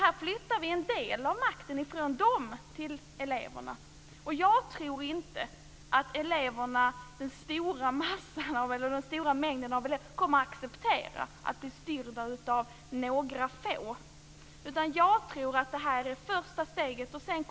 Här flyttar vi en del av makten från dem till eleverna. Och jag tror inte att den stora mängden elever kommer att acceptera att bli styrd av några få, utan jag tror att detta är första steget.